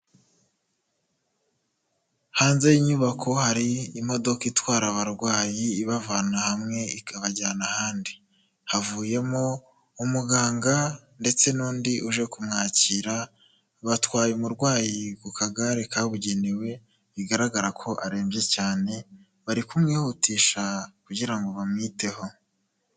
Hanze y'inyubako hari imodoka itwara abarwayi ibavana hamwe ikabajyana ahandi. Havuyemo umuganga ndetse n'undi uje kumwakira, batwaye umurwayi ku kagare kabugenewe bigaragara ko arembye cyane, bari kumwihutisha kugira ngo bamwiteho.